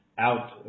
out